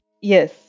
Yes